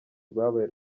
rwabaye